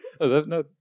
No